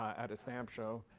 at a stamp show,